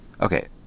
Okay